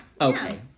Okay